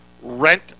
rent